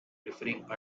preferring